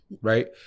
Right